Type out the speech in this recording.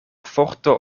forto